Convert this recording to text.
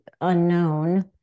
unknown